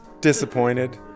Disappointed